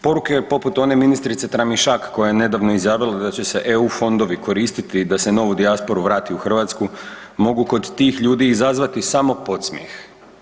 Poruke poput one ministrice Tramišak koja je nedavno izjavila da će se EU fondovi koristiti da se novu dijasporu vrati u Hrvatsku, mogu kod tih ljudi izazvati samo podsmijeh.